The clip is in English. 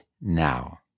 now